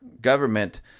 government